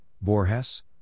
Borges